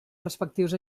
respectius